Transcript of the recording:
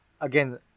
again